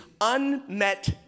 unmet